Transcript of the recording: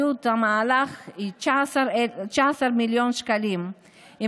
עלות המהלך היא 19 מיליון שקלים.